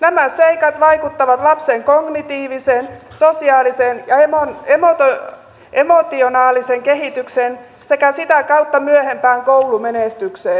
nämä seikat vaikuttavat lapsen kognitiiviseen sosiaaliseen ja emotionaaliseen kehitykseen sekä sitä kautta myöhempään koulumenestykseen